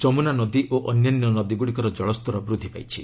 ଯମୁନାନଦୀ ଓ ଅନ୍ୟାନ୍ୟ ନଦୀଗୁଡ଼ିକର ଜଳସ୍ତର ବୃଦ୍ଧି ପାଇଛି